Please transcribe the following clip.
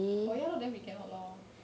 oh ya lor then we cannot lor